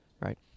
right